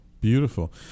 Beautiful